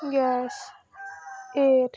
gas এর